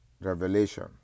Revelation